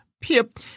Pip